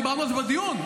דיברנו על זה בדיון,